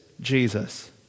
Jesus